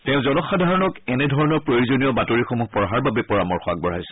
তেওঁ জনসাধাৰণক এনে ধৰণৰ প্ৰয়োজনীয় বাতৰিসমূহ পঢ়াৰ বাবে পৰামৰ্শ আগবঢ়াইছে